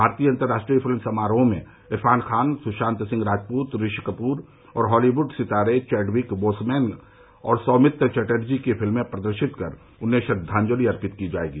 भारतीय अंतर्राष्ट्रीय फिल्म समारोह में इरफान खान सुशांत सिंह राजपूत ऋषिकपूर और हॉलीवुड सितारे चौडविक बोसमैन और सौमित्र चाटर्जी की फिल्में प्रदर्शित कर उन्हें श्रद्वांजलि अर्पित की जायेगी